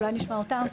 אולי נשמע אותם.